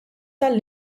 tal